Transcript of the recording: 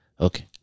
Okay